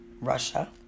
Russia